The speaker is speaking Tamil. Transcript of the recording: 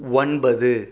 ஒன்பது